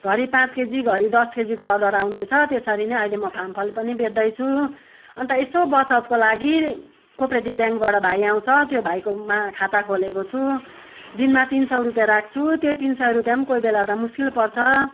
घरि पाँच केजी घरि दस केजीको अर्डर आउँदैछ त्यसरी नै अहिले म फामफल पनि बेच्दैछु अन्त यसो बचतको लागि कोपरेटिभ ब्याङ्कबाट भाइ आउँछ त्यो भाइकोमा खाता खोलेको छु दिनमा तिन सौ रुपियाँ राख्छु त्यो तिन सय रुपियाँ पनि कोही बेला त मुस्किल पर्छ